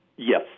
Yes